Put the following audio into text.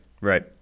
right